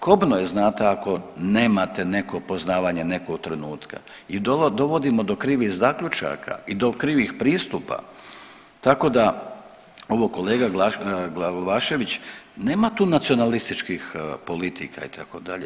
Kobno je znate ako nemate neko poznavanje nekog trenutka i dovodimo do krivih zaključaka i do krivih pristupa, tako da ovo kolega Glavašević nema tu nacionalističkih politika itd.